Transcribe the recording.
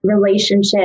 relationship